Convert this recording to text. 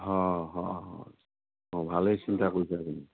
অ অ অ ভালেচোন